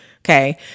okay